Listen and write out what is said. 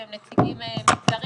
הם נציגים מגזריים,